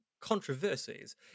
controversies